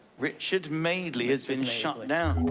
richard madeley has been shut down.